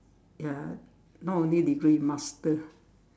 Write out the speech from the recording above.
ya not only degree master